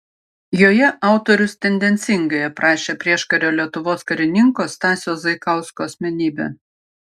joje autorius tendencingai aprašė prieškario lietuvos karininko stasio zaikausko asmenybę